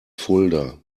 fulda